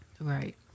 Right